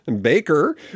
Baker